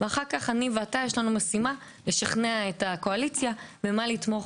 ואחר כך לנו יש משימה לשכנע את הקואליציה במה לתמוך